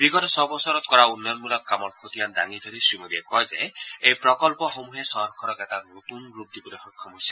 বিগত ছবছৰত কৰা উন্নয়নমূলক কামৰ খতিয়ান দাঙি ধৰি শ্ৰীমোদীয়ে কয় যে এই প্ৰকল্পসমূহে চহৰখনক এটা নতুন ৰূপ দিবলৈ সক্ষম হৈছে